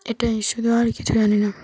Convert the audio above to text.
এটাই শুধু আর কিছু জানি না